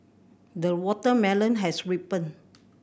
the watermelon has ripened